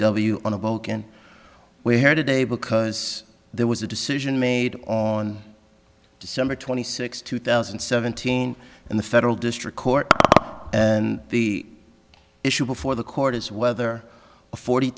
w on a boat and we're here today because there was a decision made on december twenty sixth two thousand and seventeen in the federal district court and the issue before the court is whether a forty